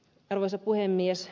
arvoisa puhemies